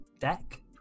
deck